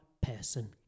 person